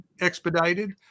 expedited